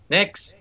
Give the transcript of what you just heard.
Next